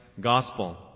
gospel